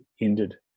ended